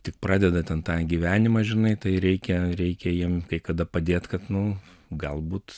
tik pradeda ten tą gyvenimą žinai tai reikia reikia jiem kai kada padėt kad nu galbūt